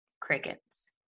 Crickets